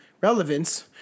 relevance